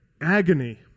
agony